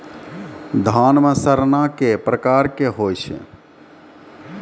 धान म सड़ना कै प्रकार के होय छै?